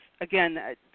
again